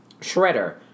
Shredder